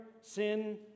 sin